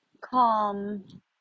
calm